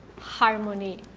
harmony